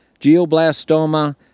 Geoblastoma